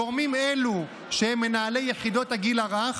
גורמים אלו, שהם מנהלי יחידות הגיל הרך,